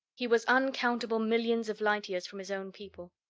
he was uncountable millions of light-years from his own people.